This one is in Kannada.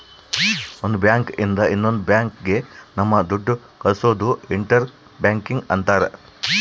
ಒಂದ್ ಬ್ಯಾಂಕ್ ಇಂದ ಇನ್ನೊಂದ್ ಬ್ಯಾಂಕ್ ಗೆ ನಮ್ ದುಡ್ಡು ಕಳ್ಸೋದು ಇಂಟರ್ ಬ್ಯಾಂಕಿಂಗ್ ಅಂತಾರ